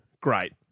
Great